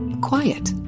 Quiet